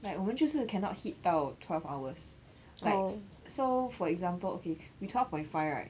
like 我们就是 cannot hit 到 twelve hours like so for example okay we twelve point five right